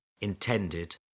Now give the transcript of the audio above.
intended